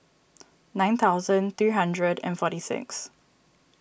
nine thousand three hundred and forty six